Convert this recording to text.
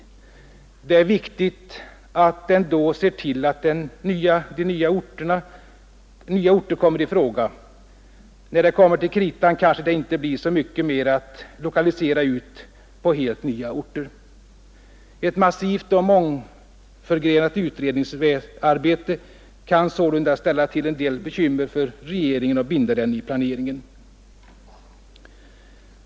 Det är viktigt att den då ser till att nya orter kommer i fråga. När det kommer till kritan kanske det inte blir så mycket mer att lokalisera ut på helt nya orter. Ett massivt och mångförgrenat utredningsarbete kan sålunda ställa till en del bekymmer för regeringen och binda den i planeringen.